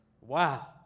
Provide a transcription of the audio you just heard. Wow